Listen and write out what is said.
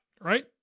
right